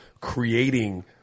creating